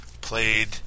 played